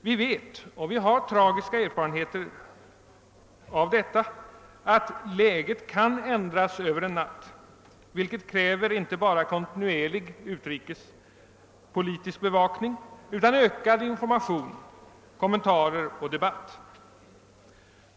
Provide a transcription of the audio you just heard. Vi vet — och vi har tragiska erfarenheter av detia — ati läget kan ändras över en natt, något som inte bara kräver en kontinuerlig utrikespolitisk bevakning utan även ökad information, kommentarer och debatt.